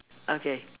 okay